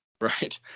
Right